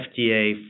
FDA